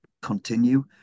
continue